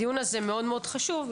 הדיון הזה מאוד חשוב.